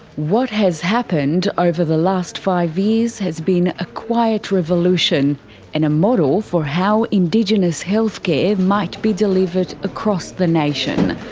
what has happened over the last five years has been a quiet revolution and a model for how indigenous healthcare might be delivered across the nation.